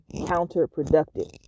counterproductive